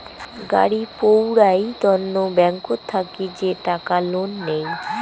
গাড়ি পৌরাই তন্ন ব্যাংকত থাকি যে টাকা লোন নেই